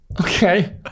Okay